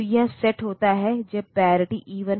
तो यह AD0 AD1 से AD7 तक